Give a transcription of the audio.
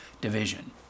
Division